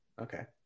Okay